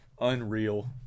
unreal